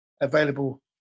available